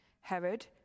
Herod